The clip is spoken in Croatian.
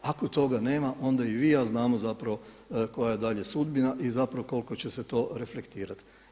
Ako toga nema onda i vi i ja znamo zapravo koja je dalje sudbina i zapravo koliko će se to reflektirati.